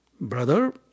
Brother